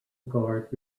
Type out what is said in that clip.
guard